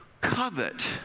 covet